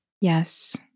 Yes